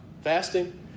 fasting